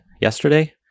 yesterday